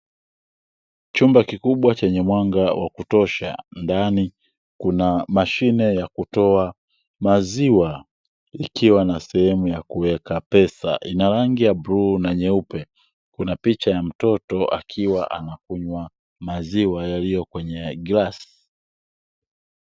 Chumba kikubwa chenye mwanga wa kutosha, ndani kuna mashine ya kutoa maziwa ikiwa na sehemu ya kuweka pesa, ina rangi ya bluu na nyeupe. Kuna picha ya mtoto akiwa anakunywa maziwa yaliyo kwenye glasi.